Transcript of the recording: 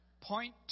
Point